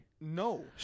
No